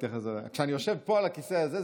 כשאני יושב פה על הכיסא הזה,